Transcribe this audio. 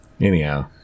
Anyhow